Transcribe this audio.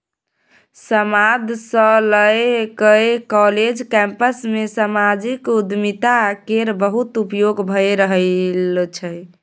समाद सँ लए कए काँलेज कैंपस मे समाजिक उद्यमिता केर बहुत उपयोग भए रहल छै